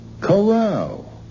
Corral